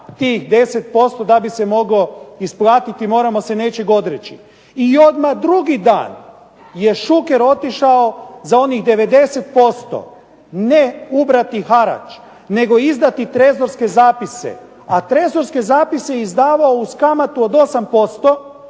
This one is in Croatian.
tih 10% da bi se moglo isplatiti, moramo se nečega odreći. I odmah drugi dan je Šuker otišao za onih 90% ne ubrati harač, nego izdati trezorske zapisi. A trezorske zapise je izdavao uz kamatu od 8%